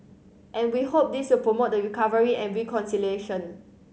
and we hope this will promote the recovery and reconciliation